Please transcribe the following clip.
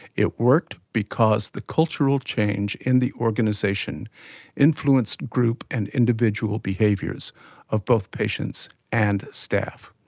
it worked because the cultural change in the organisation influenced group and individual behaviours of both patients and staff.